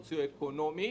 מובן לכם שסוציואקונומי